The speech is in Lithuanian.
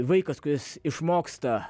vaikas kuris išmoksta